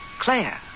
Claire